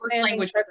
language